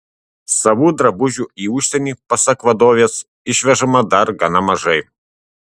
savų drabužių į užsienį pasak vadovės išvežama dar gana mažai